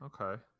Okay